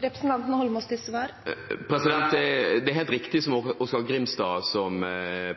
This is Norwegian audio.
Det er helt riktig som Oskar J. Grimstad